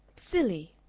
silly!